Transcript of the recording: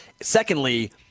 Secondly